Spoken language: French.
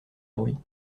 bruit